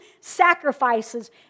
sacrifices